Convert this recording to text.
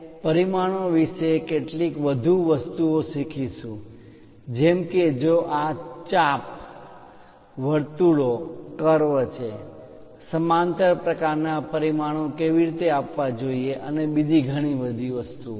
આજના વર્ગ આપણે વિશેષ ડાયમેન્શનિંગ માપ લખવાની રીત dimensioning વિશે ખાસ કરીને પરિમાણો વિશે કેટલીક વધુ વસ્તુ ઓ શીખીશું જેમ કે જો આ ચાપ arc આર્ક વર્તુળનો ભાગ વર્તુળો કર્વ છે સમાંતર પ્રકારના પરિમાણો કેવી રીતે આપવા જોઈએ અને બીજી ઘણી વસ્તુઓ